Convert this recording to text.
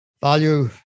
value